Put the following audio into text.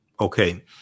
Okay